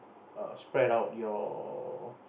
err spread out your